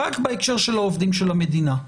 רק בהקשר של העובדים של המדינה,